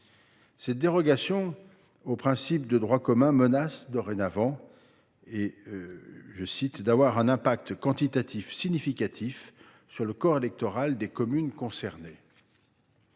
Cette dérogation au principe de droit commun menace dorénavant « d’avoir un impact quantitatif significatif sur le corps électoral des communes concernées